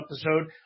episode